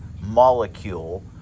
molecule